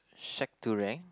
shed tool